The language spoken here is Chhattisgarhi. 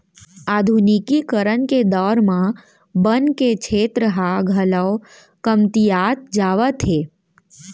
आधुनिकीकरन के दौर म बन के छेत्र ह घलौ कमतियात जावत हे